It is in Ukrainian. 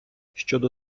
щодо